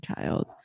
child